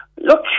Look